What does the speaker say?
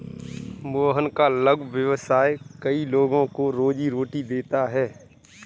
मोहन का लघु व्यवसाय कई लोगों को रोजीरोटी देता है